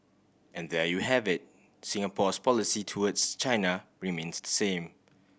and there you have it Singapore's policy towards China remains the same